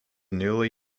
newly